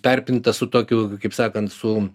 perpinta su tokiu kaip sakant su